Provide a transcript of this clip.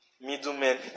Middleman